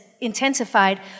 intensified